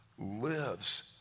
lives